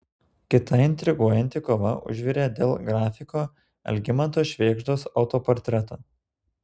kita intriguojanti kova užvirė dėl grafiko algimanto švėgždos autoportreto